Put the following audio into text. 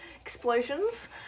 explosions